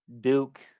Duke